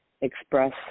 express